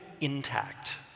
intact